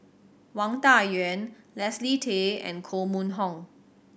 Wang Dayuan Leslie Tay and Koh Mun Hong